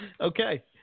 Okay